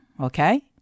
Okay